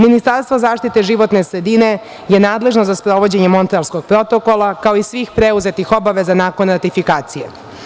Ministarstvo zaštite životne sredine je nadležno za sprovođenje Montrealskog protokola, kao i svih preuzetih obaveza nakon ratifikacije.